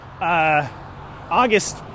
August